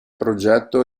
progetto